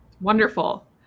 Wonderful